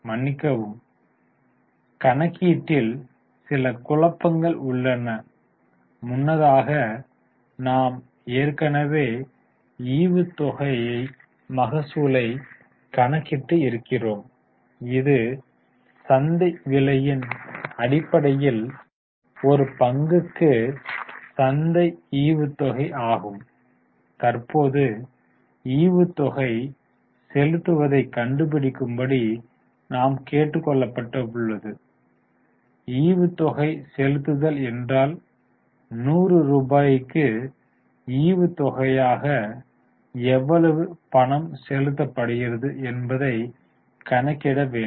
மன்னிக்கவும் கணக்கீட்டில் சில குழப்பங்கள் உள்ளன முன்னதாக நாம் ஏற்கனவே ஈவுத்தொகை மகசூலைக் கணக்கிட்டு இருக்கிறோம் இது சந்தை விலையின் அடிப்படையில் ஒரு பங்குக்கு சந்தை ஈவுத்தொகை ஆகும் தற்போது ஈவுத்தொகை செலுத்துவதைக் கண்டுபிடிக்கும்படி நாம் கேட்டுக் கொள்ளப்பட்டுள்ளது ஈவுத்தொகை செலுத்துதல் என்றால் 100 ரூபாய்க்கு ஈவுத்தொகையாக எவ்வளவு பணம் செலுத்தப்படுகிறது என்பதை கணக்கிட வேண்டும்